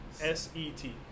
S-E-T